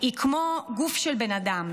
היא כמו גוף של בן אדם.